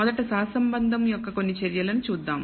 మొదట సహసంబంధం యొక్క కొన్ని చర్యలను చూద్దాం